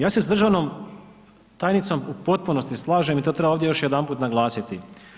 Ja se s državnom tajnicom u potpunosti slažem i to treba ovdje još jedanput naglasiti.